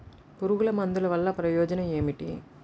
పురుగుల మందుల వల్ల ప్రయోజనం ఏమిటీ?